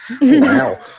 Wow